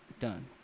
done